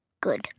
Good